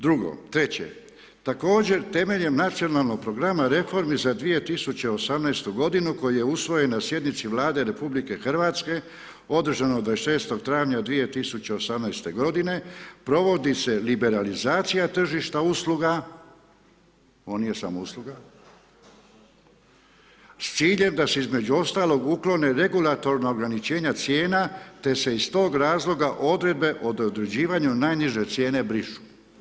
Drugo, treće, također temeljem Nacionalnog programa reformi za 2018. koji je usvojen na sjednici Vlade RH održano 26. travnja od 2018. godine provodi se liberalizacija tržišta usluga, on nije samo usluga, s ciljem da se između ostalog uklone regulatorna ograničenja cijena te se iz tog razloga odredbe o određivanju najniže cijene brišu.